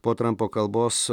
po trampo kalbos